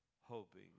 hoping